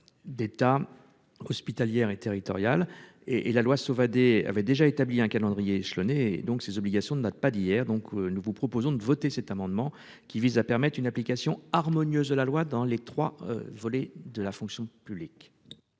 D'État, hospitalière et territoriale et et la loi Sauvadet avait déjà établi un calendrier échelonné donc ces obligations ne date pas d'hier. Donc, nous vous proposons de voter cet amendement qui vise à permettre une application harmonieuse de la loi dans les 3 volets de la fonction publique.